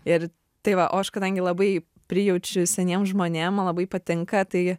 ir tai va o aš kadangi labai prijaučiu seniem žmonėm ma labai patinka tai